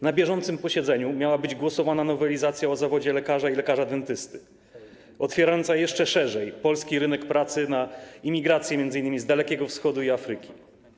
Na bieżącym posiedzeniu miało się odbyć głosowanie nad nowelizacją o zawodzie lekarza i lekarza dentysty otwierającą jeszcze szerzej polski rynek pracy na imigrację, m.in. z Dalekiego Wschodu i Afryki.